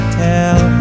tell